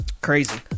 Crazy